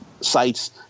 sites